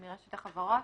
החברות.